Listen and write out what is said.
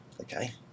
okay